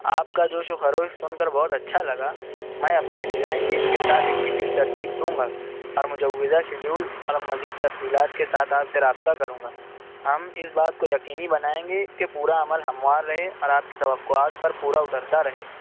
آپ کا جوش و خروش سن کر بہت اچھا لگا میں اپنی ڈیزائن ٹیم کے ساتھ ایک میٹنگ ترتیب دوں گا اور مجوزہ شیڈیول اور مزید تفصیلات کے ساتھ آپ سے رابطہ کروں گا ہم اس بات کو یقینی بنائیں گے کہ پورا عمل ہموار رہے اور آپ کی توقعات پر پورا اترتا رہے